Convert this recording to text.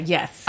Yes